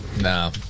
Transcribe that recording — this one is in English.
No